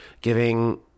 giving